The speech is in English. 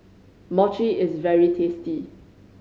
mochi is very tasty